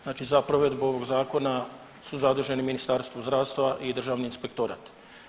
Znači za provedbu ovog zakona su zaduženi Ministarstvo zdravstva i državni inspektorat.